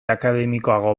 akademikoago